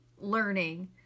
learning